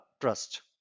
trust